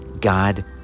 God